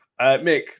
Mick